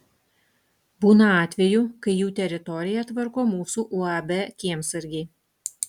būna atvejų kai jų teritoriją tvarko mūsų uab kiemsargiai